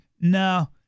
no